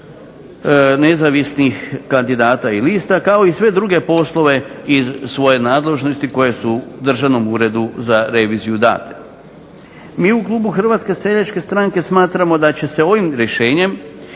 nezavisnih kandidata i lista kao i sve druge poslove iz svoje nadležnosti koje su Državnom uredu za reviziju date. Mi u klubu HSS-a smatramo da će se ovim rješenjem